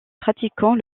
pratiquant